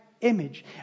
image